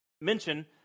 mention